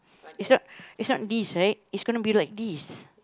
is not is not these right is gonna be like these